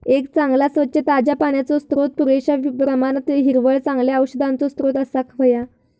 एक चांगला, स्वच्छ, ताज्या पाण्याचो स्त्रोत, पुरेश्या प्रमाणात हिरवळ, चांगल्या औषधांचो स्त्रोत असाक व्हया